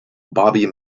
bobby